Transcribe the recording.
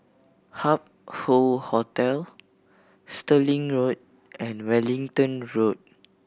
Hup Hoe Hotel Stirling Road and Wellington Road